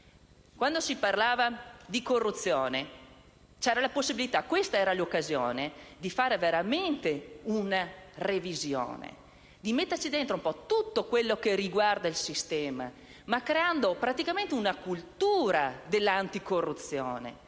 Quando si parlava di corruzione, c'era la possibilità - questa era l'occasione - di fare veramente una revisione, considerando un po' tutto quello che riguarda il sistema e creando praticamente una cultura dell'anticorruzione.